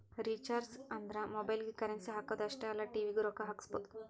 recharges ಅಂದ್ರ ಮೊಬೈಲ್ಗಿ currency ಹಾಕುದ್ ಅಷ್ಟೇ ಅಲ್ಲ ಟಿ.ವಿ ಗೂ ರೊಕ್ಕಾ ಹಾಕಸಬೋದು